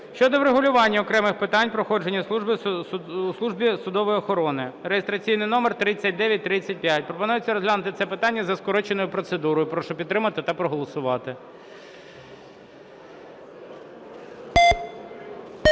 щодо врегулювання окремих питань проходження служби у Службі судової охорони (реєстраційний номер 3935). Пропонується розглянути це питання за скороченою процедурою. Прошу підтримати та проголосувати.